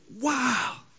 wow